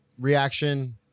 reaction